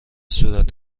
صورت